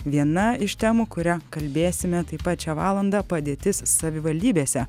viena iš temų kuria kalbėsime taip pat šią valandą padėtis savivaldybėse